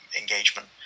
engagement